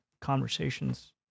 conversations